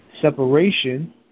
separation